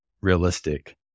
realistic